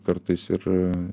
kartais ir